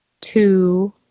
two